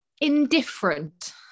indifferent